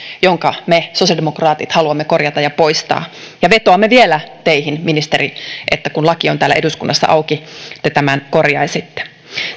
jonka me sosiaalidemokraatit haluamme korjata ja poistaa vetoamme vielä teihin ministeri että kun laki on täällä eduskunnassa auki te tämän korjaisitte